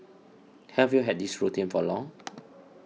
have you had this routine for long